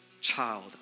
child